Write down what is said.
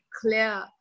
clear